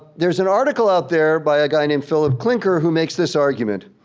there's an article out there by a guy named philip klinker who makes this argument.